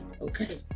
okay